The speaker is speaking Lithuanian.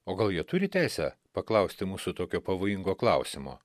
o gal jie turi teisę paklausti mūsų tokio pavojingo klausimo